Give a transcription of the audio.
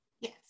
Yes